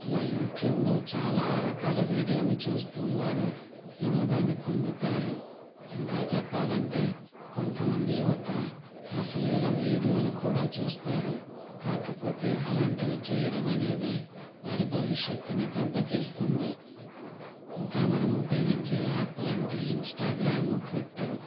ఇలా యూట్యూబ్లో చాలా రకాల వీడియోలు చూస్తూ వారు వినోదాన్ని పొందుతారు ఇంకా చెప్పాలంటే కొంతమంది యువత అశ్లీల వీడియోలు కూడా చూస్తారు కాకపోతే అలాంటివి చేయడం అనేది వారి భవిష్యత్తుని దెబ్బతీస్తుంది ఇంకా మనం ఉపయోగించే యాప్లంటే ఇంస్టాగ్రాము ట్విట్టర్